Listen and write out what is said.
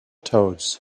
toads